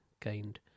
gained